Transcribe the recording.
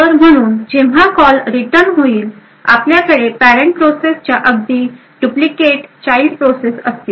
तर म्हणून जेव्हा कॉल रिटर्न होईल आपल्याकडे पॅरेंट प्रोसेसच्या अगदी डुप्लिकेट चाइल्ड प्रोसेस असतील